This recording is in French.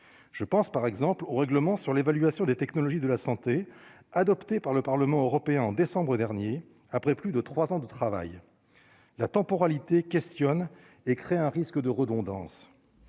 je pense par exemple au règlement sur l'évaluation des Technologies de la santé, adoptée par le Parlement européen en décembre dernier après plus de 3 ans de travail la temporalité questionne et crée un risque de redondance,